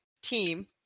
team